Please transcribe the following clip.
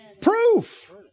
Proof